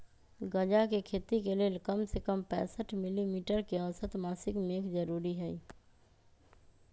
गजा के खेती के लेल कम से कम पैंसठ मिली मीटर के औसत मासिक मेघ जरूरी हई